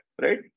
right